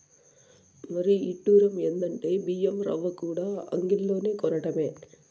మరీ ఇడ్డురం ఎందంటే బియ్యం రవ్వకూడా అంగిల్లోనే కొనటమే